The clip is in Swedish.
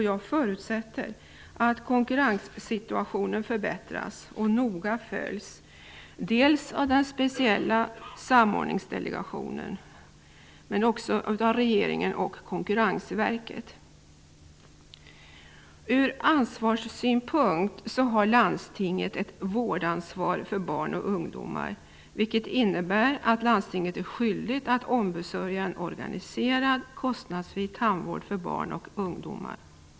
Jag förutsätter att konkurrenssituationen förbättras och noga följs av den speciella Samordningsdelegationen, regeringen och Konkurrensverket. Landstinget har ett vårdansvar för barn och ungdomar, vilket innebär att landstinget är skyldigt att ombesörja en organiserad, kostnadsfri tandvård för barn och ungdomar.